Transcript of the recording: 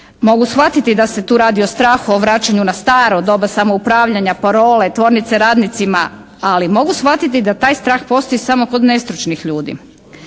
Mogu shvatiti da se tu radi o strahu na vraćanju na staro doba samoupravljanja, parole tvornice radnicima. Ali mogu shvatiti da taj strah postoji samo kod nestručnih ljudi.